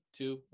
two